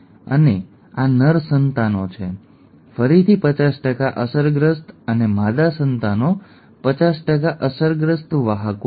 આ અને આ નર સંતાનો છે ફરીથી 50 અસરગ્રસ્ત અને માદા સંતાનો 50 અસરગ્રસ્ત અને 50 વાહકો છે